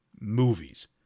movies